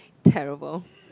terrible